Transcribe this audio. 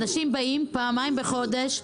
אנשים באים פעמיים בחודש,